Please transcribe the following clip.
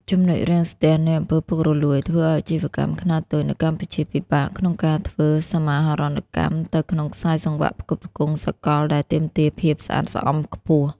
ចំណុចរាំងស្ទះនៃ អំពើពុករលួយ ធ្វើឱ្យអាជីវកម្មខ្នាតតូចនៅកម្ពុជាពិបាកក្នុងការធ្វើសមាហរណកម្មទៅក្នុងខ្សែសង្វាក់ផ្គត់ផ្គង់សកលដែលទាមទារភាពស្អាតស្អំខ្ពស់។